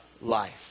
life